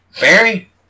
Barry